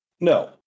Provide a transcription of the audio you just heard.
No